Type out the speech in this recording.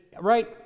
right